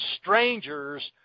strangers